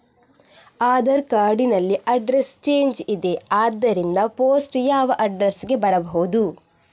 Aadhaar card ನಲ್ಲಿ address change ಇದೆ ಆದ್ದರಿಂದ ಪೋಸ್ಟ್ ಯಾವ ಅಡ್ರೆಸ್ ಗೆ ಬರಬಹುದು?